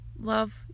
Love